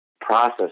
process